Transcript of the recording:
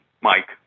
Mike